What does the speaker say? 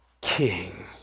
King